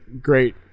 great